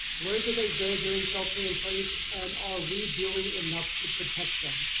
where do they go during shelter-in-place, and are we doing enough to protect them?